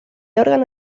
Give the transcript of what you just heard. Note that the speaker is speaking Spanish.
órgano